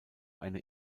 eine